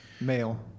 Male